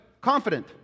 Confident